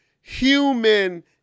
human